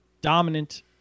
dominant